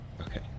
Okay